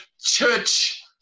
church